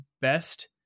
Best